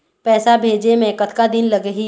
पैसा भेजे मे कतका दिन लगही?